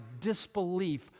disbelief